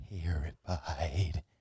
terrified